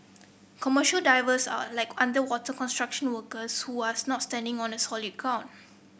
commercial divers are like underwater construction workers who was not standing on solid